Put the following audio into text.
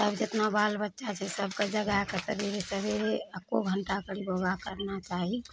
तब जितना बाल बच्चा छै सबके जगाकऽ सबेरे सबेरे एको घण्टा करीब योगा करबा चाही